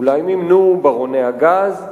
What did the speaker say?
אולי מימנו ברוני הגז,